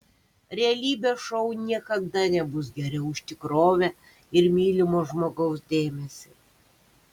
realybės šou niekada nebus geriau už tikrovę ir mylimo žmogaus dėmesį